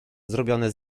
zrobione